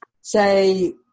say